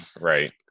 right